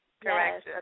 correct